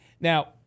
Now